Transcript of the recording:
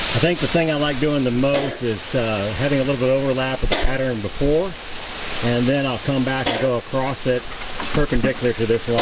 think the thing i like doing the most is having a little bit overlap at the pattern before and then i'll come back to go across it perpendicular to this